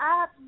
up